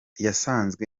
yasazwe